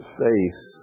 face